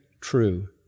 true